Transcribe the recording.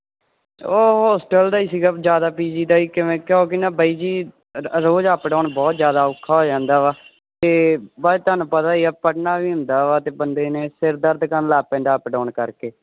ਉਹ ਹੋਸਟਲ ਦਾ ਹੀ ਸੀਗਾ ਜ਼ਿਆਦਾ ਪੀ ਜੀ ਦਾ ਹੀ ਕਿਵੇਂ ਕਿਉਂਕਿ ਨਾ ਬਾਈ ਜੀ ਅ ਰੋਜ਼ ਅਪ ਡਾਊਨ ਬਹੁਤ ਜ਼ਿਆਦਾ ਔਖਾ ਹੋ ਜਾਂਦਾ ਹੈ ਅਤੇ ਬਾਅਦ 'ਚ ਤੁਹਾਨੂੰ ਪਤਾ ਹੀ ਆ ਪੜ੍ਹਨਾ ਵੀ ਹੁੰਦਾ ਹੈ ਅਤੇ ਬੰਦੇ ਨੇ ਸਿਰ ਦਰਦ ਕਰਨ ਲੱਗ ਪੈਂਦਾ ਅਪ ਡਾਊਨ ਕਰਕੇ